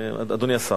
אדוני השר.